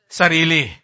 sarili